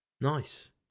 Nice